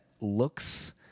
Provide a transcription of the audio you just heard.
looks